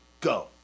Go